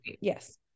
yes